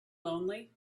lonely